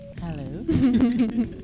Hello